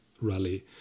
rally